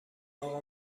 اقا